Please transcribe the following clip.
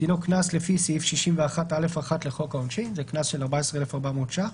דינו קנס לפי סעיף 61(א)(1) לחוק העונשין זה קנס של 14,400 שקלים